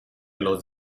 los